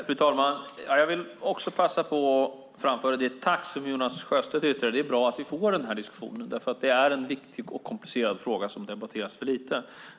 Fru talman! Jag vill passa på att framföra samma tack som Jonas Sjöstedt yttrade. Det är bra att vi får den här diskussionen, för det är en viktig och komplicerad fråga som debatteras för lite.